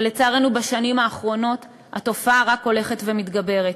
ולצערנו, בשנים האחרונות התופעה רק הולכת ומתגברת.